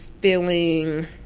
feeling